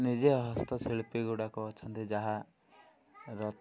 ନିଜେ ହସ୍ତଶିଳ୍ପୀ ଗୁଡ଼ାକ ଅଛନ୍ତି ଯାହା